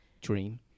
Dream